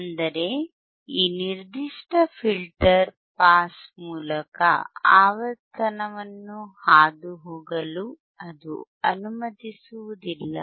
ಅಂದರೆ ಈ ನಿರ್ದಿಷ್ಟ ಫಿಲ್ಟರ್ ಪಾಸ್ ಮೂಲಕ ಆವರ್ತನವನ್ನು ಹಾದುಹೋಗಲು ಅದು ಅನುಮತಿಸುವುದಿಲ್ಲ